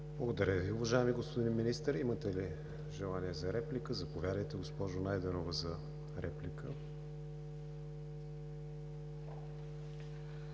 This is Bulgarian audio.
Благодаря Ви, уважаеми господин Министър. Имате ли желание за реплика? Заповядайте, госпожо Найденова, за реплика.